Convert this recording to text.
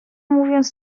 mówiąc